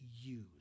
use